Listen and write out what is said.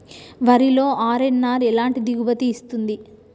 వరిలో అర్.ఎన్.ఆర్ ఎలాంటి దిగుబడి ఇస్తుంది?